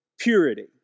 purity